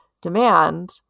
demand